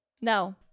No